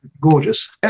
gorgeous